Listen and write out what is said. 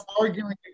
arguing